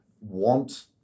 want